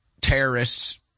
terrorists